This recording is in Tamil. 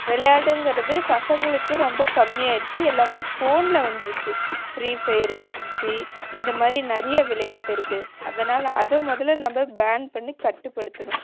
விளையாட்டுங்கறது பசங்களுக்கு ரொம்ப கம்மியாருச்சு எல்லாமே ஃபோனில் வந்துடுச்சு ஃப்ரீ ஃபையரு பப்ஜி இந்த மாதிரி நிறைய விளையாட்டு இருக்குது அதனால் அதை முதல நம்ம பேண் பண்ணி கட்டுப்படுத்தணும்